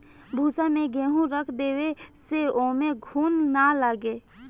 भूसा में गेंहू रख देवे से ओमे घुन ना लागे